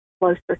closer